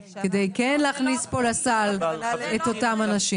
כדי כן להכניס פה לסל את אותם אנשים.